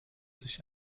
sich